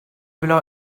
below